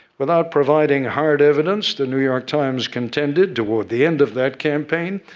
without providing hard evidence, the new york times contended, toward the end of that campaign,